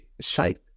shape